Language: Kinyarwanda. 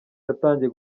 yatangiye